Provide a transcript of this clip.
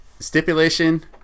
Stipulation